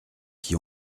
qui